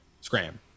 Scram